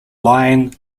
line